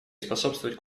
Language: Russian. способствовать